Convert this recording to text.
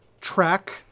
track